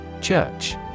Church